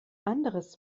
anderes